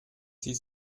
sie